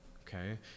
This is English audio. Okay